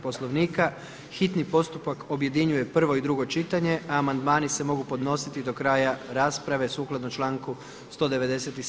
Poslovnika hitni postupak objedinjuje prvo i drugo čitanje, a amandmani se mogu podnositi do kraja rasprave sukladno članku 197.